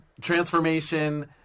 transformation